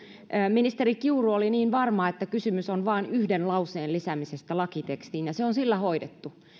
ministeri kiuru oli niin varma että kysymys on vain yhden lauseen lisäämisestä lakitekstiin ja se on sillä hoidettu